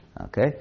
Okay